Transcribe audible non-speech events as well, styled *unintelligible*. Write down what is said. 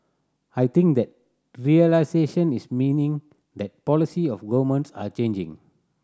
I think that realisation is meaning that policy of *unintelligible* are changing